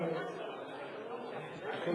אני